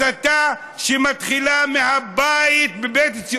הסתה שמתחילה מהבית,